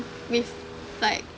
with like